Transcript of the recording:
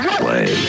play